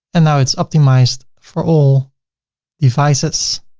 and now it's optimized for all the devices.